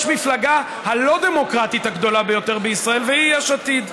ויש המפלגה הלא-דמוקרטית הגדולה ביותר בישראל והיא יש עתיד.